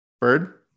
bird